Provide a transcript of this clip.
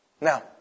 Now